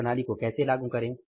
इस प्रणाली को कैसे लागू करें